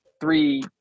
three